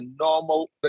normal